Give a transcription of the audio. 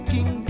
King